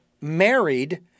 married